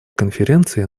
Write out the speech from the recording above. конференции